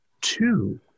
two